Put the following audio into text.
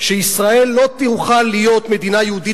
שישראל לא תוכל להיות מדינה יהודית